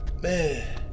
Man